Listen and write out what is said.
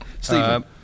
Stephen